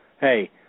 Hey